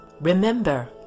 Remember